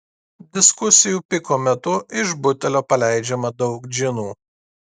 diskusijų piko metu iš butelio paleidžiama daug džinų